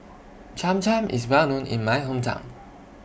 Cham Cham IS Well known in My Hometown